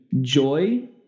joy